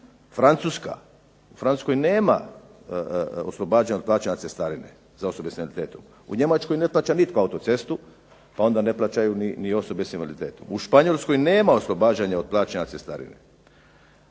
Francuska, u Francuskoj nema oslobađanja od plaćanja cestarine za osobe sa invaliditetom, u Njemačkoj ne plaća nitko autocestu pa onda ne plaćaju ni osobe s invaliditetom. U Španjolskoj nema oslobađanja od plaćanja cestarine,